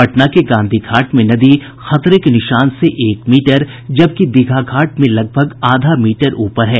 पटना के गांधी घाट में नदी खतरे के निशान से एक मीटर जबकि दीघा घाट में लगभग आधा मीटर ऊपर है